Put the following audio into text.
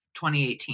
2018